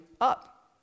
up